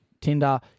Tinder